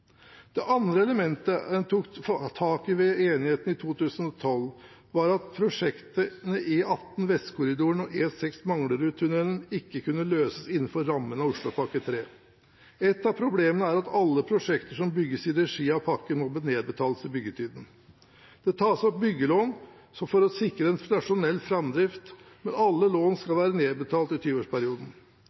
Det andre elementet en tok tak i ved enigheten i 2012, var at prosjektene E18 Vestkorridoren og E6 Manglerudtunnelen ikke kunne løses innenfor rammene av Oslopakke 3. Ett av problemene er at alle prosjekter som bygges i regi av pakken, må nedbetales i byggetiden. Det tas opp byggelån for å sikre en rasjonell framdrift, men alle lån skal være nedbetalt i